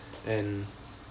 and